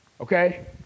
Okay